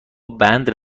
بند